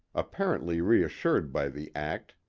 apparently reassured by the act,